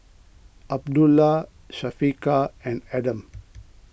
Abdullah Syafiqah and Adam